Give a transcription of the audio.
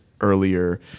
earlier